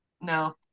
No